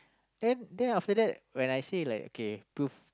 then then after that when I say like okay prove